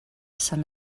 sant